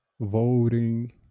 voting